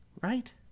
Right